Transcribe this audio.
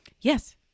Yes